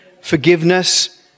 forgiveness